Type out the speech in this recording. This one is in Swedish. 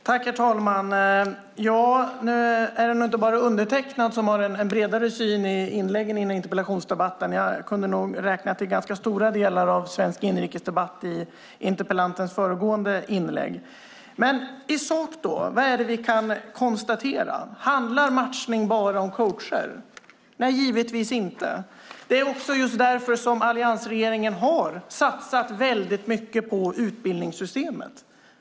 Herr talman! Ja, nu är det nog inte bara undertecknad som har en bredare syn i inläggen i den här interpellationsdebatten. Jag kunde nog räkna till ganska stora delar av svensk inrikesdebatt i interpellantens föregående inlägg. Men i sak: Vad är det vi kan konstatera? Handlar matchning bara om coacher? Nej, givetvis inte. Det är också just därför som alliansregeringen har satsat väldigt mycket på utbildningssystemet.